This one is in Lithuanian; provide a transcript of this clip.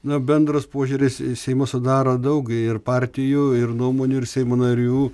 na bendras požiūris į seimą sudaro daug ir partijų ir nuomonių ir seimo narių